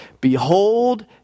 Behold